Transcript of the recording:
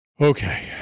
Okay